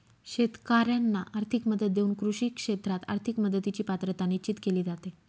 शेतकाऱ्यांना आर्थिक मदत देऊन कृषी क्षेत्रात आर्थिक मदतीची पात्रता निश्चित केली जाते